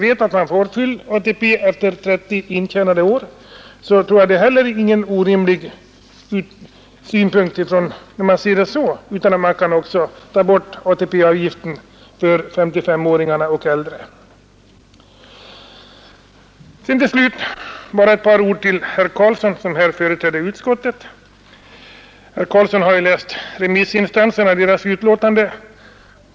Eftersom man får full ATP efter 30 intjänade år, så tycker jag inte heller att det är någon orimlig tanke att ta bort ATP-avgiften för 55-åringar och äldre. Till slut bara ett par ord till herr Karlsson i Ronneby som företräder utskottet. Herr Karlsson har ju läst remissyttrandena.